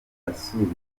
asubika